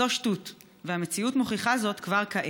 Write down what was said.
זו שטות, והמציאות מוכיחה זאת כבר כעת.